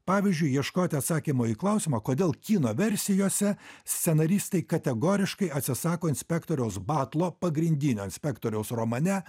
pavyzdžiui ieškoti atsakymo į klausimą kodėl kino versijose scenaristai kategoriškai atsisako inspektoriaus batlo pagrindinio inspektoriaus romane